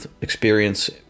experience